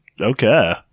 okay